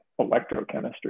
electrochemistry